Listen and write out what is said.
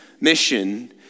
mission